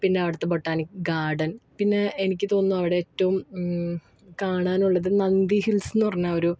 പിന്നെ അവിടത്തെ botanic garden പിന്നെ എനിക്ക് തോന്നുന്നു അവിടെ ഏറ്റവും കാണാനുള്ളത് നന്തി ഹിൽസ്ന്ന് പറഞ്ഞ ഒരു